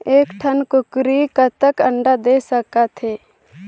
एक ठन कूकरी कतका अंडा दे सकथे?